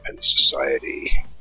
society